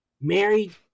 married